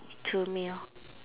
to meal